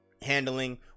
handling